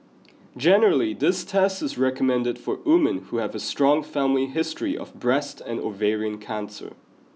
generally this test is recommended for women who have a strong family history of breast and ovarian cancer